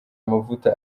amavuta